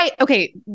Okay